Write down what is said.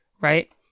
right